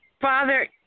Father